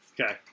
Okay